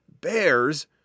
bears